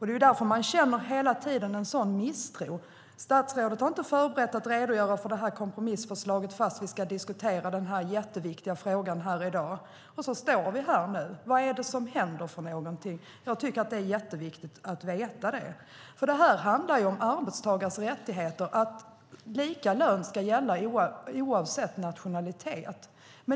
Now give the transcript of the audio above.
Det är därför jag hela tiden känner sådan misstro. Statsrådet har inte förberett sig för att redogöra för kompromissförslaget fastän vi skulle diskutera denna viktiga fråga i dag, och nu står vi här. Vad är det som händer? Jag tycker att det är jätteviktigt att veta det. Det handlar om arbetstagares rättigheter, att lika lön ska gälla oavsett nationalitet.